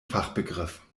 fachbegriff